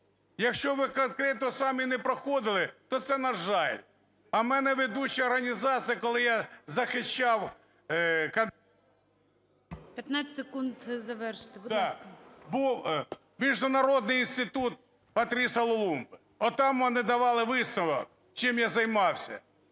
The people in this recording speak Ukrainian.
Якщо ви конкретно самі не проходили, то це, на жаль. А в мене ведуча організація, коли я захищав… ГОЛОВУЮЧИЙ. 15 секунд завершити. Будь ласка. НІМЧЕНКО В.І. Був Міжнародний інститут Патріса Лумумби, отам вони давали висновок, чим я займався.